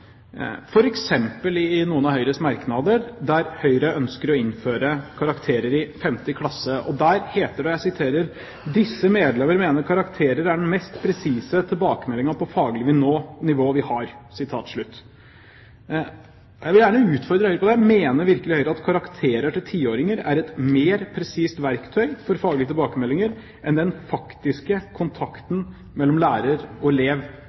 i skolepolitikken i noen av Høyres merknader, f.eks. der de ønsker å innføre karakterer fra 5. klasse. Der heter det: «Disse medlemmer mener karakterer er den mest presise tilbakemeldingen på faglig nivå vi har.» Jeg vil gjerne utfordre Høyre på det. Mener virkelig Høyre at karakterer til 10-åringer er et mer presist verktøy for faglige tilbakemeldinger enn den faktiske kontakten mellom lærer og elev